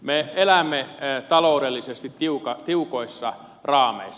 me elämme taloudellisesti tiukoissa raameissa